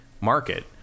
market